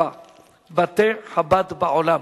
הרווחה והבריאות.